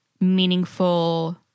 meaningful